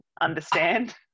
understand